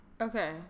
Okay